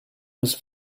was